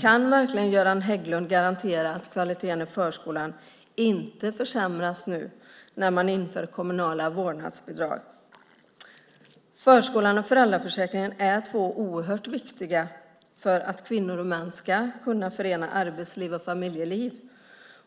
Kan verkligen Göran Hägglund garantera att kvaliteten i förskolan inte försämras när man inför kommunala vårdnadsbidrag? Förskolan och föräldraförsäkringen är oerhört viktiga för att kvinnor och män ska kunna förena arbetsliv och familjeliv